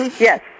Yes